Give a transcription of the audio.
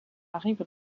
rive